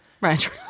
Right